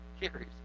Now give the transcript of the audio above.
carries